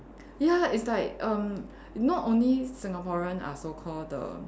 ya it's like erm not only Singaporean are so called the